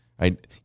right